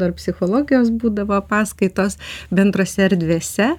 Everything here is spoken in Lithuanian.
ar psichologijos būdavo paskaitos bendrose erdvėse